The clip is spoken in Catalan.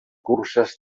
curses